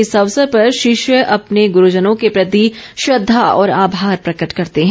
इस अवसर पर शिष्य अपने गुरूजनों के प्रति श्रद्धा और आभार प्रकट करते हैं